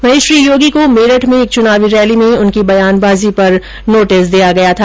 वहीं श्री योगी को मेरठ में एक चुनावी रैली में उनकी बयानबाजी पर नोटिस जारी किया गया था